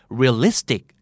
realistic